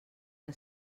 que